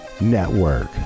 network